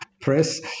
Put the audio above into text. press